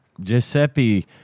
Giuseppe